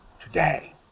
today